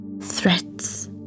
threats